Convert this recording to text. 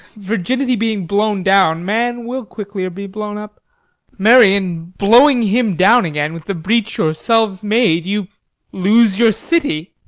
virginity being blown down, man will quicklier be blown up marry, in blowing him down again, with the breach yourselves made, you lose your city.